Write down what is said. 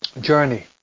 journey